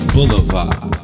Boulevard